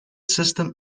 system